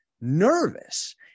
nervous